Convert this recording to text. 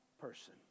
person